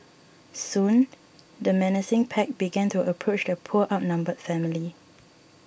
soon the menacing pack began to approach the poor outnumbered family